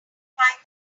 five